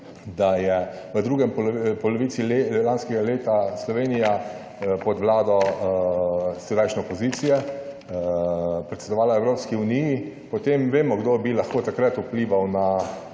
da je v drugi polovici lanskega leta Slovenija pod Vlado sedajšnje opozicije predsedovala Evropski uniji, potem vemo kdo bi lahko takrat vplival na